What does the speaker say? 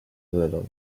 little